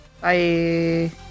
Bye